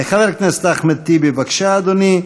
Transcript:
חבר הכנסת אחמד טיבי, בבקשה, אדוני.